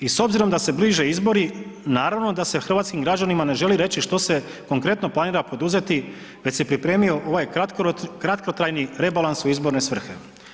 I s obzirom da se bliže izbori, naravno da se hrvatskim građanima ne želi reći što se konkretno planira poduzeti, već se pripremio ovaj kratkotrajni rebalans u izborne svrhe.